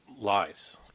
lies